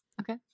Okay